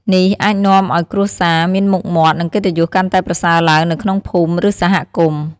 នេះអាចនាំឱ្យគ្រួសារមានមុខមាត់ និងកិត្តិយសកាន់តែប្រសើរឡើងនៅក្នុងភូមិ ឬសហគមន៍។